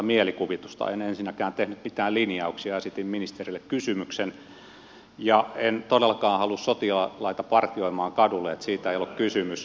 en ensinnäkään tehnyt mitään linjauksia esitin ministerille kysymyksen ja en todellakaan halua sotilaita partioimaan kadulle niin että siitä ei ollut kysymys